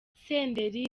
senderi